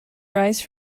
rise